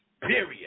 period